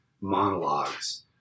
monologues